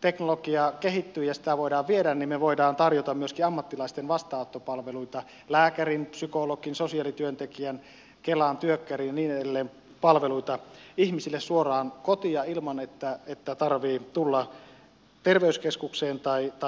teknologia kehittyy ja sitä voidaan viedä me voimme tarjota myöskin ammattilaisten vastaanottopalveluita lääkärin psykologin sosiaalityöntekijän kelan työkkärin ja niin edelleen palveluita ihmisille suoraan kotia ilman että tarvitsee tulla terveyskeskukseen tai virastoihin